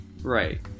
Right